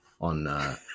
on